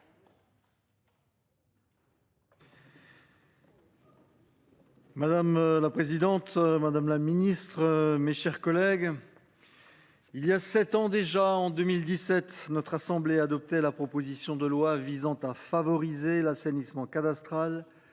Madame la présidente, madame la secrétaire d’État, mes chers collègues, il y a sept ans déjà, en 2017, notre assemblée adoptait la proposition de loi visant à favoriser l’assainissement cadastral